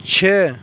چھ